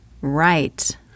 right